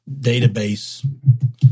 database